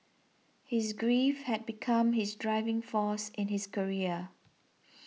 his grief had become his driving force in his career